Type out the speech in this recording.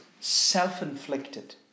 self-inflicted